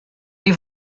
les